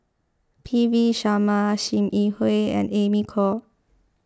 P V Sharma Sim Yi Hui and Amy Khor